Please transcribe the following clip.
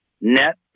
net